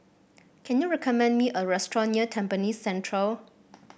can you recommend me a restaurant near Tampines Central